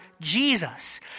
Jesus